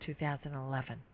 2011